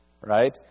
right